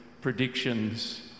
predictions